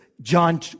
John